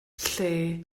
lle